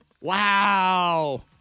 Wow